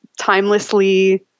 timelessly